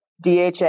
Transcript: DHA